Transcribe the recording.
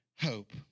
hope